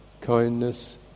kindness